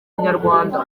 inyarwanda